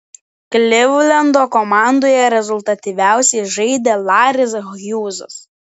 klivlendo komandoje rezultatyviausiai žaidė laris hjūzas